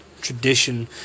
tradition